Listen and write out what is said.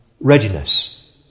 readiness